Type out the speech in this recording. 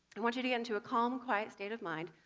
i want you to get into a calm, quiet state of mind,